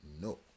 no